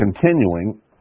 continuing